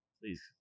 Please